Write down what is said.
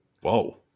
Whoa